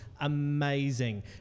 amazing